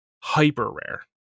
hyper-rare